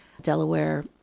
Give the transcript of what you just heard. Delaware